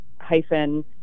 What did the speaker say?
hyphen